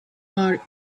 are